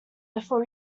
before